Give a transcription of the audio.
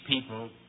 people